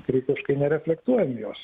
kritiškai nereflektuojam jos